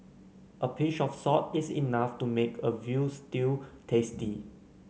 a pinch of salt is enough to make a veal stew tasty